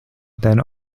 then